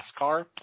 NASCAR